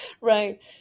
right